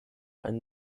ein